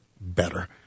better